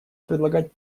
предлагать